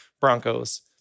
Broncos